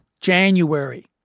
January